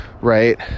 Right